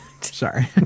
Sorry